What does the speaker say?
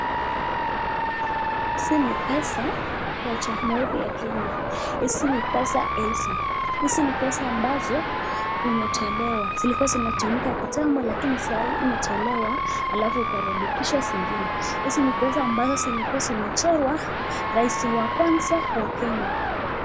Hizi ni pesa ya jamhuri ya Kenya hizi ni pesa hizi pesa elfu hizi ni pesa ambazo imetolewa zilikuwa zinatumika kitambo lakini sai imetolewa Alafu ikarekebishwa zingine hizi ni pesa ambazo zilikuwa zimechorwa rais wa kwanza wa Kenya.